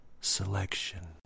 selection